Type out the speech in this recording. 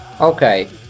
Okay